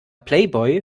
playboy